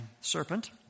serpent